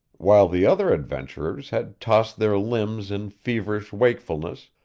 while the other adventurers had tossed their limbs in feverish wakefulness,